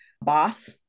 BOSS